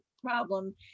problem